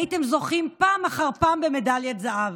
הייתם זוכים פעם אחר פעם במדליית זהב.